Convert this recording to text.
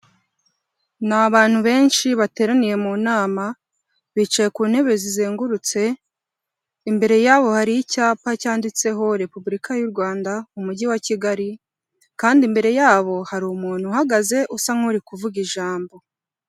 Ni abantu benshi bateraniye mu nama, bicaye ku ntebe zizengurutse, imbere yabo hari icyapa cyanditseho Repubulika y'u Rwanda mu Mujyi wa Kigali, kandi imbere yabo hari umuntu uhagaze usa nk'uri kuvuga ijambo.